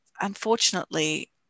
unfortunately